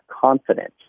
confidence